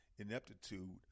Ineptitude